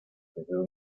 tejidos